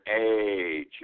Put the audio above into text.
age